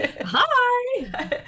hi